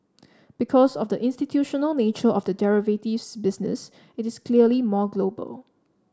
because of the institutional nature of the derivatives business it is clearly more global